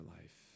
life